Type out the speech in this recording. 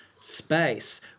space